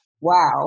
wow